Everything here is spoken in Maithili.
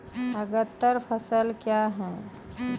अग्रतर फसल क्या हैं?